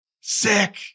Sick